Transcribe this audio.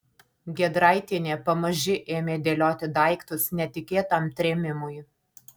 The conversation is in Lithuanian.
giedraitienė pamaži ėmė dėlioti daiktus netikėtam trėmimui